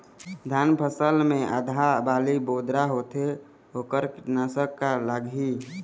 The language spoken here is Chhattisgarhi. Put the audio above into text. धान फसल मे आधा बाली बोदरा होथे वोकर कीटनाशक का लागिही?